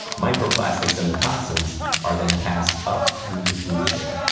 microplastics and their toxins are then passed up through the food chain.